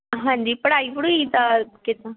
ਹਾਂਜੀ ਪੜ੍ਹਾਈ ਪੜੂਈ ਦਾ ਕਿੱਦਾਂ